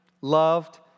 loved